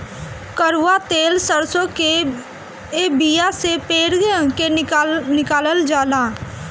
कड़ुआ तेल सरसों के बिया से पेर के निकालल जाला